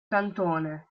cantone